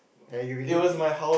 are you really there